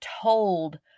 told